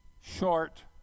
short